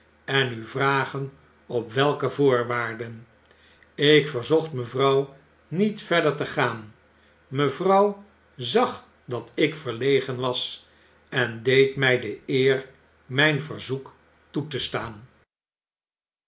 en u vragen op welke voorwaarden ik verzocht mevrouw niet verder te gaan mevrouw zag dat ik verlegen was en deed my de eer myn verzoek toe te staan